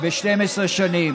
ב-12 שנים.